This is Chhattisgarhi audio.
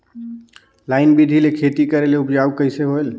लाइन बिधी ले खेती करेले उपजाऊ कइसे होयल?